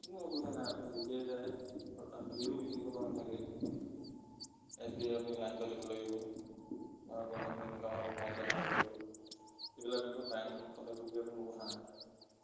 কোনো অসুবিধা নাই আপুনি যেতিয়াই যায় বৰমান ভিৰো বিশেষত নাথাকে এছ বি আই আপুনি লাইন পাতিব লাগিব বা গভমেণ্ট বেংকবিলাকত আপুনি লাইন পাতিব লাগিব এইবিলাক বেংকত লাইন পাতিবলগীয়া কোনো কথা নাই